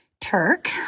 Turk